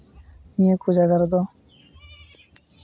ᱱᱤᱭᱟᱹ ᱠᱚ ᱡᱟᱭᱜᱟ ᱨᱮᱫᱚ